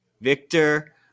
Victor